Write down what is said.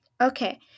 Okay